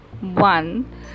one